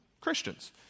Christians